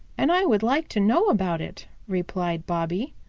and i would like to know about it, replied bobby.